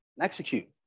execute